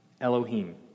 Elohim